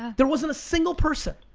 there wasn't a single person.